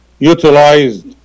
utilized